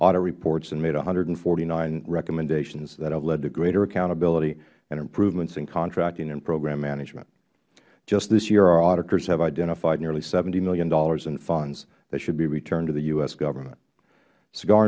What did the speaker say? audit reports and made one hundred and forty nine recommendations that have led to great accountability and improvements in contracting and program management just this year our auditors have identified nearly seventy dollars million in funds that should be returned to the u s government sigar